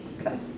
Okay